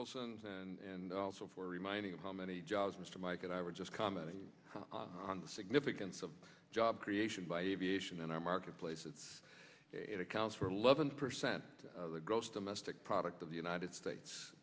olson's and also for reminding of how many jobs mr mike and i were just commenting on the significance of job creation by aviation and our marketplace that's it accounts for eleven percent of the gross domestic product of the united states